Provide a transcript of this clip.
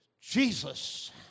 Jesus